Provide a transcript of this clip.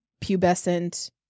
pubescent